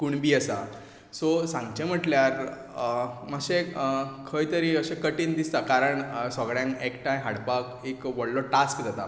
कुणबी आसा सो सांगचें म्हणल्यार मातशें खंय तरी अशें कठीण दिसता कारण सगळ्यांक एकठांय हाडपाक एक व्हडलो टास्क जाता